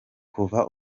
kuva